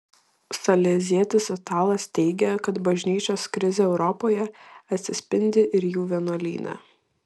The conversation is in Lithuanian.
salezietis italas teigia kad bažnyčios krizė europoje atsispindi ir jų vienuolyne